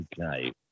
okay